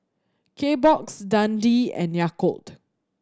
Kbox Dundee and Yakult